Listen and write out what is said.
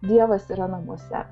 dievas yra namuose